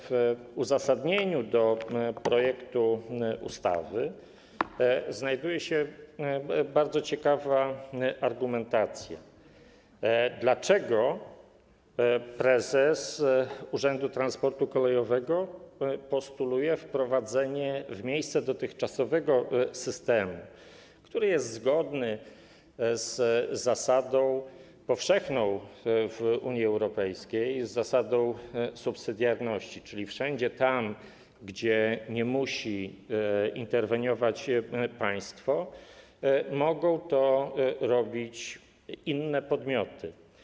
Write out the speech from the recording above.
W uzasadnieniu do projektu ustawy znajduje się bardzo ciekawa argumentacja, dlaczego prezes Urzędu Transportu Kolejowego postuluje wprowadzenie tego w miejsce dotychczasowego systemu, który jest zgodny z powszechną zasadą w Unii Europejskiej, z zasadą subsydialności, czyli że wszędzie tam, gdzie nie musi interweniować państwo, mogą to robić inne podmioty.